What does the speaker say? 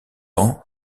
ans